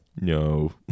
No